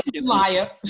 liar